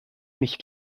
nicht